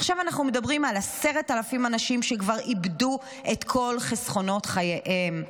עכשיו אנחנו מדברים על 10,000 אנשים שכבר איבדו את כל חסכונות חייהם,